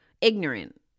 Ignorant